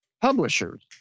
publishers